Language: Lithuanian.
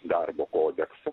darbo kodeksą